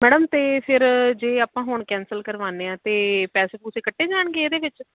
madam ਅਤੇ ਫਿਰ ਜੇ ਆਪਾਂ ਹੁਣ ਕੈਂਸਲ ਕਰਵਾਉਂਦੇ ਹਾਂ ਤਾਂ ਪੈਸੇ ਪੂਸੇ ਕੱਟੇ ਜਾਣਗੇ ਇਹਦੇ ਵਿੱਚ